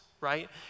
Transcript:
right